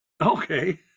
okay